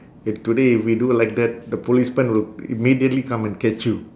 if today we do like that the policeman will immediately come and catch you